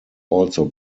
also